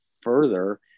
further